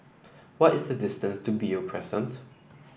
what is the distance to Beo Crescent